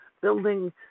building